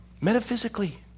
Metaphysically